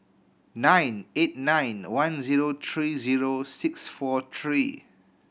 nine eight nine one zero three zero six four three